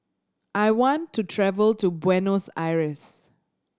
I want to travel to Buenos Aires